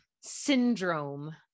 syndrome